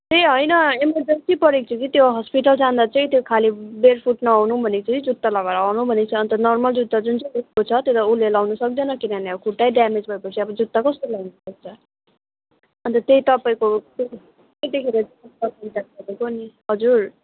ए होइन एमरजेन्सी परेको थियो कि त्यो हस्पिटल जाँदा चाहिँ त्यो खाली बेयरफुट नआउनु भनेको छ कि जुत्ता लगाएर आउनु भनेको छ अन्त नर्मल जुत्ता जुन चाहिँ दिएको छ त्यो त उसले लाउनु सक्दैन किनभने अब खुट्टै ड्यामेज भएपछि जुत्ता कसरी लाउनु सक्छ अन्त त्यही तपाईँको को नि हजुर